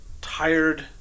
tired